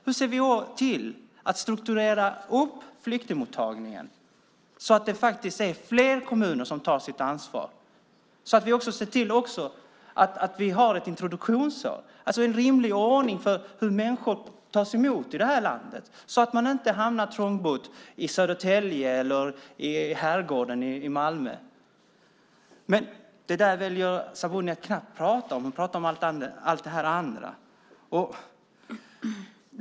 Hur ser vi till att strukturera upp flyktingmottagningen så att fler kommuner tar sitt ansvar, så att vi ser till att vi har ett introduktionsår, alltså en rimlig ordning för hur människor tas emot i det här landet, så att de inte hamnar i Södertälje eller i Herrgården i Malmö och blir trångbodda? Men detta väljer Sabuni att knappt tala om. Hon talar om allt det andra.